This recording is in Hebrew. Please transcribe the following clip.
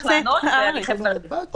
אני אשמח לענות ואני חייבת לרדת.